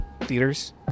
theaters